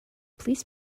police